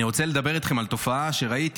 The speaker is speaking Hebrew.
אני רוצה לדבר איתכם על תופעה שראיתי,